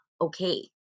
okay